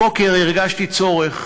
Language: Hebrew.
הבוקר הרגשתי צורך